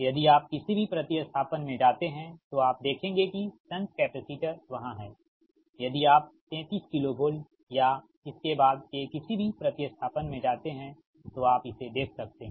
यदि आप किसी भी प्रतिस्थापन में जाते हैं तो आप देखेंगे कि शंट कैपेसिटर वहाँ हैं यदि आप 33 KV या इसके बाद के किसी भी प्रतिस्थापन में जाते हैं तो आप इसे देख सकते हैं